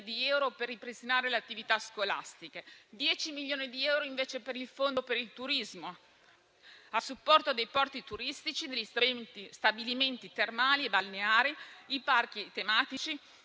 20 milioni di euro per ripristinare le attività scolastiche; 10 milioni di euro, invece, sono destinati al fondo per il turismo a supporto dei porti turistici, degli stabilimenti termali e balneari, dei parchi tematici